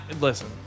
listen